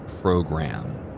program